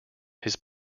his